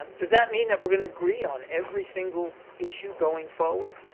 um does that mean that we're going to agree on every single issue going forward?